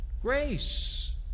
Grace